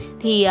Thì